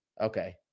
okay